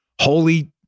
holy